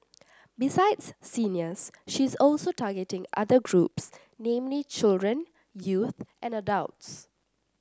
besides seniors she is also targeting other groups namely children youth and adults